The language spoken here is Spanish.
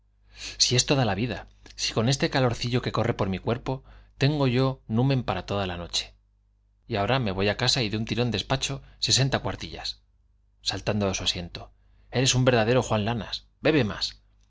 si esto da la vida si con este calorcillo que corre por mi cuerpo tengo yo numen para toda la noche y ahora me voy á casa y de un tirón despacho sesenta cuartillas s altando de su asiento i eres un verdadero juan lanas bebe más frotándose los ojos ni por pienso me caería en la calle vámonos d josé